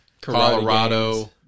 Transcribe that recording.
Colorado